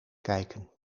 kijken